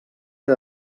que